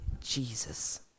Jesus